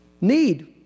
Need